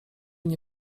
nie